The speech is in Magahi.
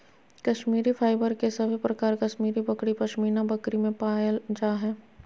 कश्मीरी फाइबर के सभे प्रकार कश्मीरी बकरी, पश्मीना बकरी में पायल जा हय